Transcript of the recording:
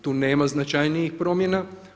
Tu nema značajnijih promjena.